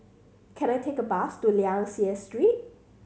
can I take a bus to Liang Seah Street